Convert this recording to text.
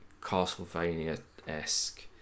Castlevania-esque